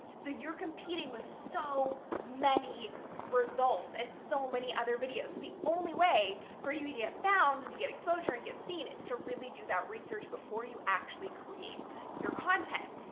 so you're competing with so many results and so many other videos. the only way for you to get found and to get exposure and get seen is to really do that research before you actually create your content.